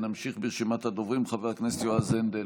נמשיך ברשימת הדוברים: חבר הכנסת יועז הנדל,